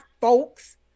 folks